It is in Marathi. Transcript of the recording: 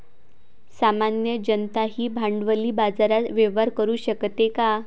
सामान्य जनताही भांडवली बाजारात व्यवहार करू शकते का?